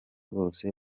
bose